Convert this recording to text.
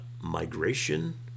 migration